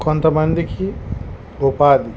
కొంతమందికి ఉపాధి